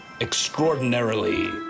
extraordinarily